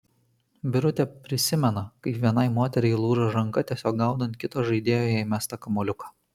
birutė prisimena kaip vienai moteriai lūžo ranka tiesiog gaudant kito žaidėjo jai mestą kamuoliuką